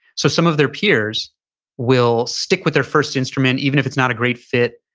so some of their peers will stick with their first instrument, even if it's not a great fit.